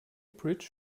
bridge